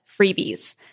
freebies